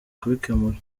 kubikemura